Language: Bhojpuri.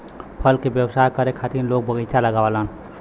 फल के व्यवसाय करे खातिर लोग बगीचा लगावलन